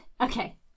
Okay